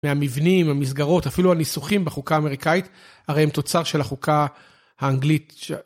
מהמבנים, המסגרות, אפילו הניסוחים בחוקה האמריקאית, הרי הם תוצר של החוקה האנגלית שה..